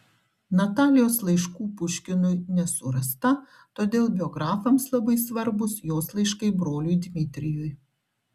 natalijos laiškų puškinui nesurasta todėl biografams labai svarbūs jos laiškai broliui dmitrijui